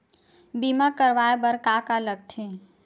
बीमा करवाय बर का का लगथे?